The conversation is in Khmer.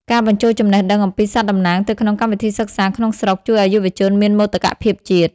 ការបញ្ចូលចំណេះដឹងអំពីសត្វតំណាងទៅក្នុងកម្មវិធីសិក្សាក្នុងស្រុក ជួយឱ្យយុវជនមានមោទកភាពជាតិ។